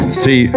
see